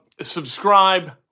Subscribe